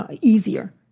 easier